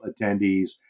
attendees